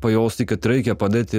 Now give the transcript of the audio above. pajausti kad reikia padėti